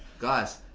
guys,